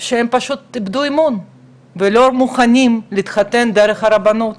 והם פשוט איבדו אמון והם לא מוכנים להתחתן דרך הרבנות,